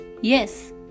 Yes